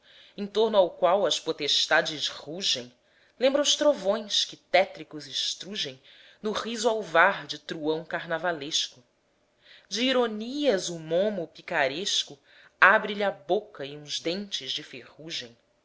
em torno ao qual as potestades rugem lembra os trovões que tétricos estrugem no riso alvar de truão carnavalesco de ironias o momo picaresco abre lhe a boca e uns dentes de ferrugem